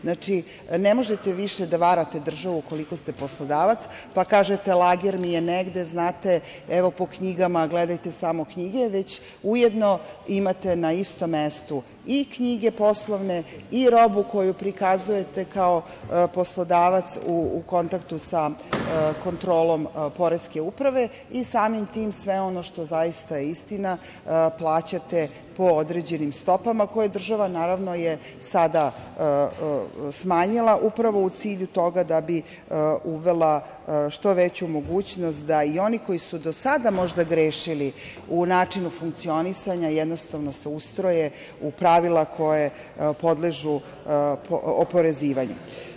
Znači, ne možete više da varate državu, ukoliko ste poslodavac, pa kažete - lager mi je negde, evo po knjigama, gledajte samo knjige, već, ujedno, imate na istom mestu i poslovne knjige i robu koju prikazujete kao poslodavac u kontaktu sa kontrolom poreske uprave i samim tim, sve ono što je zaista istina, plaćate po određenim stopama koje je država sada smanjila, upravo u cilju toga da bi uvela što veću mogućnost da i oni koji su do sada možda grešili u načinu funkcionisanja, jednostavno se ustroje u pravila koja podležu oporezivanju.